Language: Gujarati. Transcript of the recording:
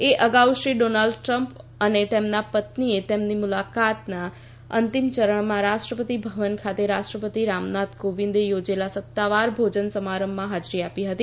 એ અગાઉ શ્રી ડોનાલ્ડ ટ્રમ્પ અને તેમના પત્નીએ તેમની મુલાકાતના અંતિમચરણમાં રાષ્ટ્રપતિ ભવન ખાતે રાષ્ટ્રપતિ રામનાથ કોવિંદે યોજેલા સત્તાવાર ભોજન સમારંભમાં હાજરી આપી હતી